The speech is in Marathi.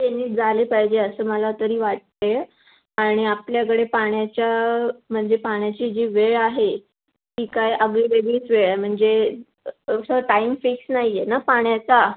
ते नीट झाले पाहिजे असं मला तरी वाटते आणि आपल्याकडे पाण्याच्या म्हणजे पाण्याची जी वेळ आहे ती काय अगदी वेगळीच वेळ आहे म्हणजे तसं टाईम फिक्स नाही आहे ना पाण्याचा